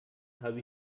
habe